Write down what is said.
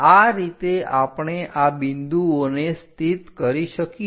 આ રીતે આપણે આ બિંદુઓને સ્થિત કરી શકીએ